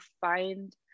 find